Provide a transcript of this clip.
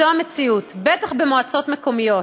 זו המציאות, בטח במועצות מקומיות,